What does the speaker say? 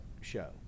show